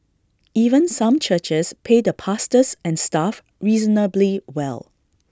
even some churches pay the pastors and staff reasonably well